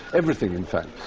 everything, in fact,